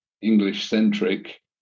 English-centric